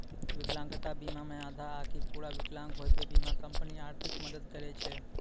विकलांगता बीमा मे आधा आकि पूरा विकलांग होय पे बीमा कंपनी आर्थिक मदद करै छै